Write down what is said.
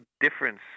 difference